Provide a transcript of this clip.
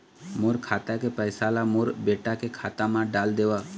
मोर खाता के पैसा ला मोर बेटा के खाता मा डाल देव?